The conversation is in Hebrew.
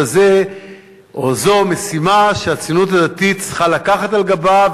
וזו משימה שהציונות הדתית צריכה לקחת על גבה,